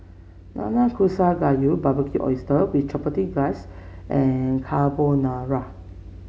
Nanakusa Gayu Barbecued Oyster with Chipotle Glaze and Carbonara